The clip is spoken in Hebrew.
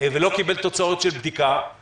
ולא קיבל את התוצאות של הבדיקה,